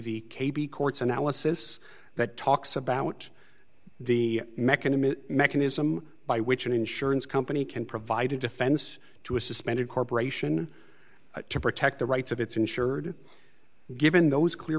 the courts analysis that talks about the mechanism mechanism by which an insurance company can provide a defense to a suspended corporation to protect the rights of its insured given those clear